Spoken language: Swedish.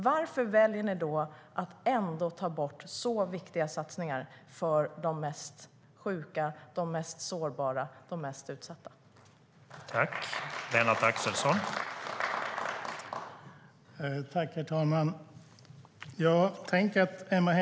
Varför väljer ni då att ta bort så viktiga satsningar för de mest sjuka, de mest sårbara och de mest utsatta?